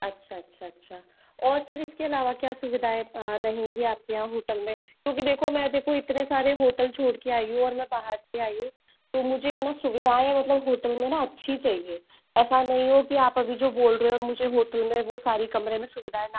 अच्छा अच्छा अच्छा और सर इसके अलावा क्या सुविधाएं रहेंगी आपके यहाँ होटल में क्योंकि देखो मैं देखो इतने सारे होटल छोड़ के आई हूँ और मैं बाहर से आई हूँ तो मुझे है ना सुविधाएं मतलब होटल में ना अच्छी चाहिएं ऐसा नहीं हो की आप अभी जो बोल रहे हो मुझे होटल में वो सारी कमरे में सुविधाएं ना मिले